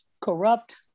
corrupt